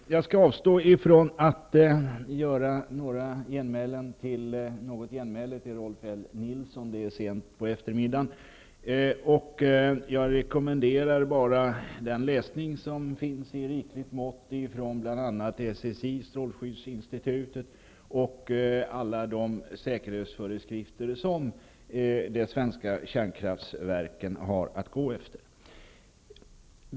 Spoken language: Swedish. Herr talman! Jag skall avstå från att göra något genmäle till Rolf L. Nilson, eftersom det är sent på eftermiddagen. Jag rekommenderar bara läsning av det som finns i rikligt mått från bl.a. SSI, strålskyddsinstitutet, och alla de säkerhetsföreskrifter som de svenska kärnkraftverken har att rätta sig efter.